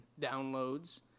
downloads